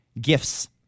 Gifts